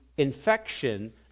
infection